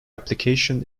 application